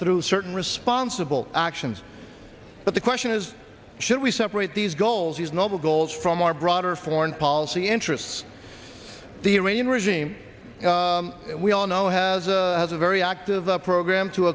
through certain responsible actions but the question is should we separate these goals these noble goals from our broader foreign policy interests the iranian regime we all know has a has a very active a program to